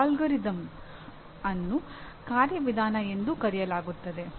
algorithm ಅನ್ನು ಕಾರ್ಯವಿಧಾನ ಎಂದೂ ಕರೆಯಲಾಗುತ್ತದೆ